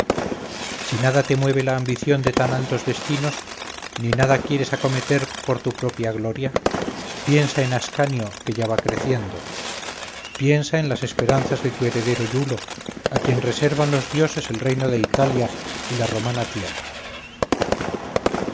si nada te mueve la ambición de tan altos destinos ni nada quieres acometer por tu propia gloria piensa en ascanio que ya va creciendo piensa en las esperanzas de tu heredero iulo a quien reservan los dioses el reino de italia y la romana tierra